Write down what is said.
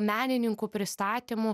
menininkų pristatymų